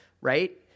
right